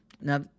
Now